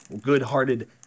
good-hearted